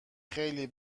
خیلی